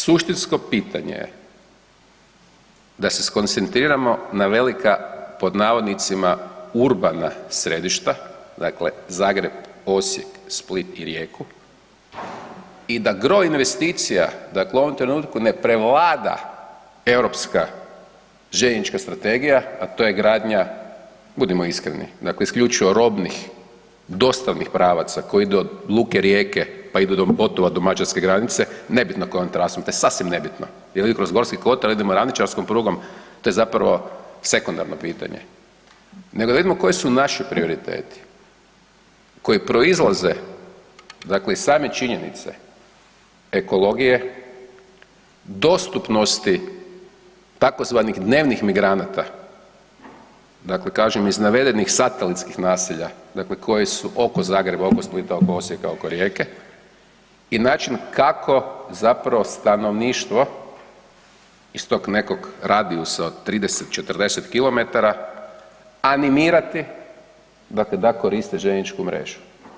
Suštinsko pitanje je da se skoncentriramo na velika pod navodnicima urbana središta, dakle Zagreb, Osijek, Split i Rijeku i da gro investicija dakle u ovom trenutku ne prevlada europska željeznička strategija, a to je gradnja budimo iskreni dakle isključivo robnih dostavnih pravaca koji idu od luke Rijeke do Botova do Mađarske granice nebitno kojom trasom, to je sasvim nebitno jel idu kroz Gorski kotar, jel idemo ravničarskom prugom, to je zapravo sekundarno pitanje, nego da vidimo koji su naši prioriteti koji proizlaze dakle iz same činjenice ekologije, dostupnosti tzv. dnevnih migranata, dakle kažem iz navedenih satelitskih naselja dakle koji su oko Zagreba, oko Splita, oko Osijeka, oko Rijeke i način kako zapravo stanovništvo iz tog nekog radijusa od 30, 40 km animirati dakle da koriste željezničku mrežu.